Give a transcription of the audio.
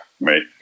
right